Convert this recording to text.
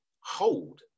hold